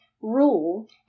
rule